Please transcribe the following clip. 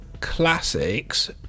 classics